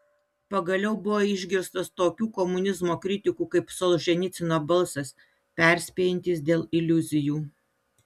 pagaliau buvo išgirstas tokių komunizmo kritikų kaip solženicyno balsas perspėjantis dėl iliuzijų